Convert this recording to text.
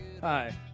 Hi